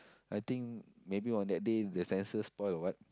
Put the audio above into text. I think maybe on that day the sensor spoil or what